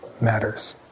matters